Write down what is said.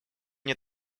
мне